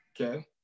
Okay